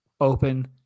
open